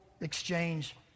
exchange